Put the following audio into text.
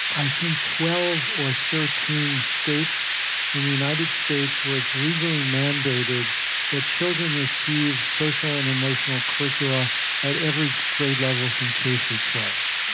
i think, twelve or thirteen states in the united states where it's legally mandated that children receive social and emotional curricula at every grade level from k through twelve.